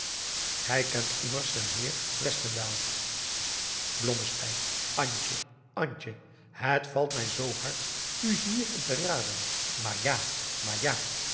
gij kent immers den heer westendaal blommesteyn antje antje het valt mij zoo hard u hierin te raden maar ja maar ja